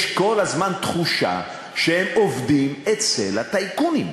יש כל הזמן תחושה שהם עובדים אצל הטייקונים.